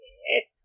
Yes